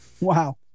wow